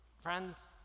friends